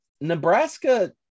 Nebraska